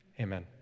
Amen